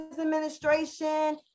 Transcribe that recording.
administration